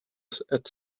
ett